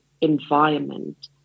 environment